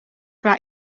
qua